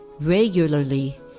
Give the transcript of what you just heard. Regularly